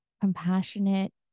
compassionate